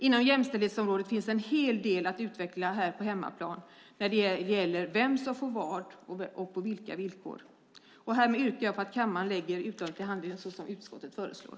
Inom jämställdhetsområdet finns en hel del att utveckla här på hemmaplan när det gäller vem som får vad och på vilka villkor. Härmed yrkar jag på att kammaren lägger utlåtandet till handlingarna såsom utskottet föreslår.